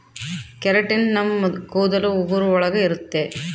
keratin ನಮ್ ಕೂದಲು ಉಗುರು ಒಳಗ ಇರುತ್ತೆ